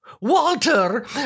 Walter